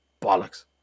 Bollocks